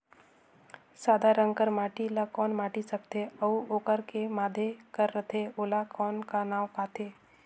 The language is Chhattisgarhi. सादा रंग कर माटी ला कौन माटी सकथे अउ ओकर के माधे कर रथे ओला कौन का नाव काथे?